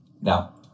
Now